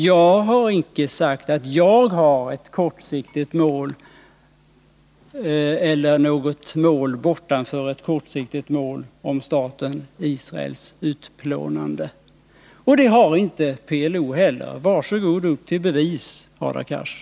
Jag har icke sagt att jag har ett kortsiktigt mål eller något mål bortanför ett kortsiktigt mål om staten Israels utplånande. Och det har inte PLO heller. Var så god! Upp till bevis, Hadar Cars!